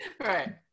right